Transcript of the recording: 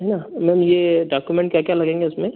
है ना मैम ये डाक्यूमेंट क्या क्या लगेंगे उसमें